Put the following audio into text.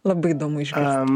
labai įdomu išgirst